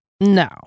no